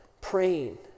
praying